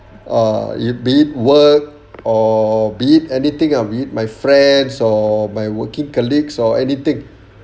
ah it be it work or be it anything ah be it my friends or my working colleagues or anything